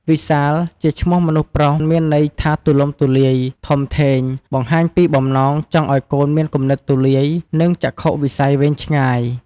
វិសាលជាឈ្មោះមនុស្សប្រុស មានន័យថាទូលំទូលាយ ធំធេង បង្ហាញពីបំណងចង់ឱ្យកូនមានគំនិតទូលាយ និង ចក្ខុវិស័យវែងឆ្ងាយ។